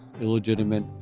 illegitimate